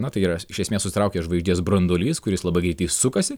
na tai yra iš esmės susitraukęs žvaigždės branduolys kuris labai greitai sukasi